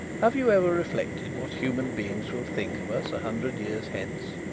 have you ever reflected what human beings will think of us a hundred years hence?